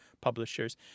publishers